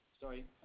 Sorry